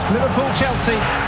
Liverpool-Chelsea